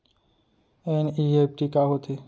NEFT का होथे?